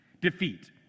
defeat